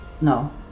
No